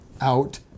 out